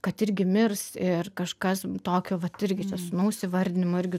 kad irgi mirs ir kažkas tokio vat irgi čia sūnaus įvardinimą irgi